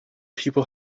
people